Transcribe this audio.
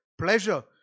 pleasure